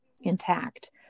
intact